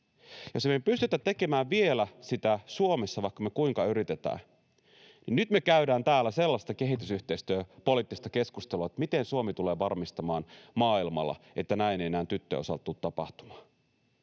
me ei pystytä tekemään vielä sitä Suomessa, vaikka me kuinka yritetään, niin nyt me käydään täällä sellaista kehitysyhteistyöpoliittista keskustelua, miten Suomi tulee varmistamaan maailmalla, että näin ei enää tyttöjen osalta tule tapahtumaan.